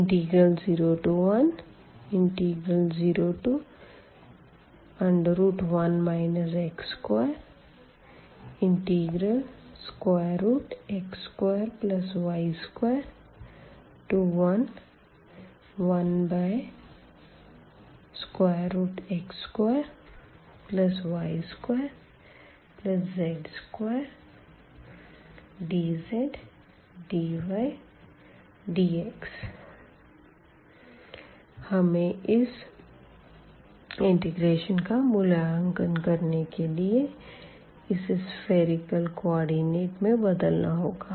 0101 x2x2y211x2y2z2dzdydx हमें इस integral का मूल्यांकन करने के लिए इसे सफ़ेरिकल कोऑर्डिनेट में बदलना होगा